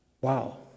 Wow